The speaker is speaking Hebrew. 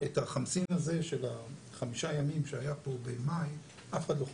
החמסין הזה של החמישה ימים שהיה פה במאי אף אחד לא חזה.